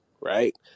right